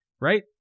right